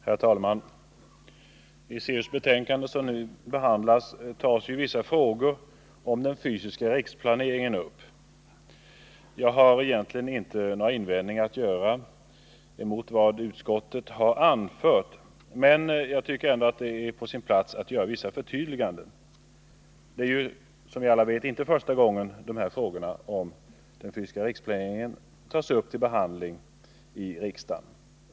Herr talman! I det civilutskottets betänkande som nu behandlas tas vissa frågor om den fysiska riksplaneringen upp. Jag har egentligen inte några invändningar att göra mot vad utskottet anfört, men jag tycker att det är på sin plats att göra vissa förtydliganden. Det är, som vi alla vet, inte första gången frågor om den fysiska riksplaneringen tas upp till behandling i riksdagen.